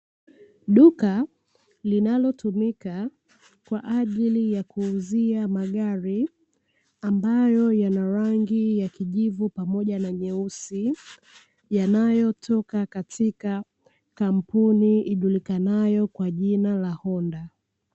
Duka linalotumika kwa ajili ya kuuzia magari, ambayo yana rangi ya kijivu pamoja na nyeusi, yanayotoka katika kampuni ijulikanayo kwa jina la Honda.